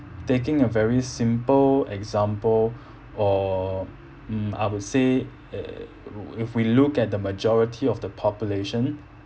taking a very simple example or mm I would say if we look at the majority of the population